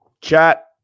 Chat